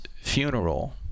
funeral